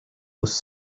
was